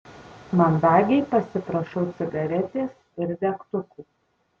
mandagiai pasiprašau cigaretės ir degtukų